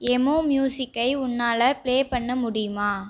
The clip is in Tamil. எமோ மியூசிக்கை உன்னால் பிளே பண்ண முடியுமா